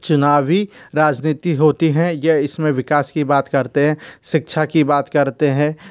चुनावी राजनीति होती है यह इस में विकास की बात करते हैं शिक्षा की बात करते हैं